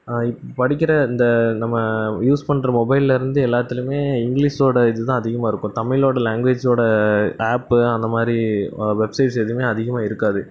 இப்போ படிக்கிற நம்ம யூஸ் பண்ணுற மொபைல்லருந்து எல்லாத்துலையுமே இங்கிலிஸோட இது தான் அதிகமாக இருக்கும் தமிழோட லாங்க்வேஜோட ஆப்பு அந்தமாதிரி வெப்சைட்ஸ் எதுவுமே அதிகமாக இருக்காது